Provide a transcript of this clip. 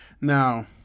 now